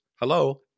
hello